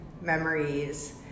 memories